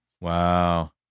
Wow